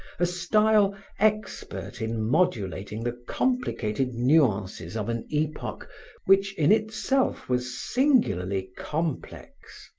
a style expert in modulating the complicated nuances of an epoch which in itself was singularly complex.